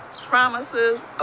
promises